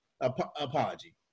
apology